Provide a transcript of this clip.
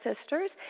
sisters